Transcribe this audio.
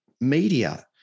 media